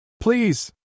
Please